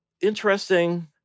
interesting